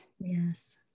yes